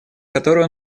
которую